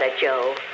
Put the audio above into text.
Joe